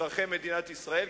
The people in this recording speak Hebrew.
אזרחי מדינת ישראל,